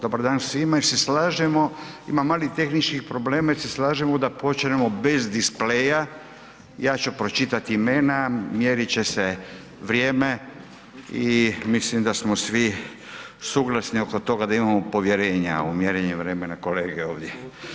Dobar dan svima, jel se slažemo ima malih tehničkih problema, jel se slažemo da počnemo bez displeja ja ću pročitati imena, mjerit će vrijeme i mislim da smo svi suglasni oko toga imamo povjerenja u mjerenje vremena kolege ovdje.